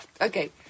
Okay